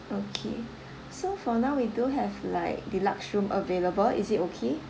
okay so for now we do have like deluxe room available is it okay